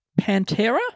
Pantera